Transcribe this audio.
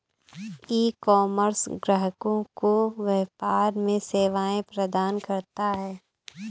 ecommerce ग्राहकों को व्यापार में सेवाएं प्रदान करता है